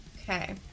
okay